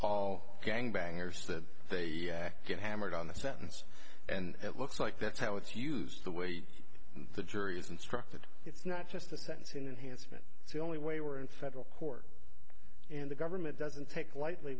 all gangbangers that they get hammered on the sentence and it looks like that's how it's used the way the jury is instructed it's not just the sentencing enhanced it's the only way we're in federal court and the government doesn't take lightly